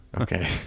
Okay